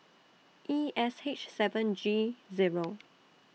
E S H seven G Zero